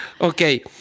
Okay